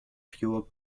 pure